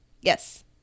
Yes